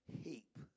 heap